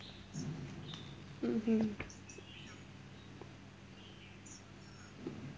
mmhmm